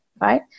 Right